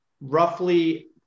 roughly